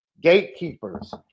gatekeepers